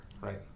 Right